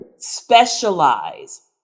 Specialize